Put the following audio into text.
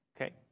Okay